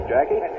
Jackie